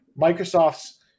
Microsoft's